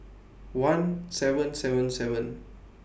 one seven seven seven